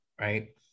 right